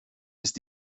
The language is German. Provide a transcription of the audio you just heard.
ist